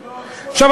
עכשיו,